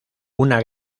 una